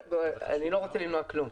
אני לא רוצה למנוע כלום.